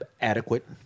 adequate